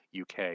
UK